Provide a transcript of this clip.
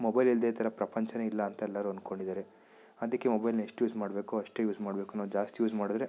mobile ಇಲ್ಲದೇ ಈ ಥರ ಪ್ರಪಂಚವೇ ಇಲ್ಲ ಅಂತ ಎಲ್ಲರೂ ಅಂದ್ಕೊಂಡಿದ್ದಾರೆ ಅದಕ್ಕೆ ಮೊಬೈಲ್ನ ಎಷ್ಟು ಯೂಸ್ ಮಾಡಬೇಕೊ ಅಷ್ಟೇ ಯೂಸ್ ಮಾಡಬೇಕು ಮತ್ತೆ ಜಾಸ್ತಿ ಯೂಸ್ ಮಾಡಿದ್ರೆ